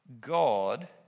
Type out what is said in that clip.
God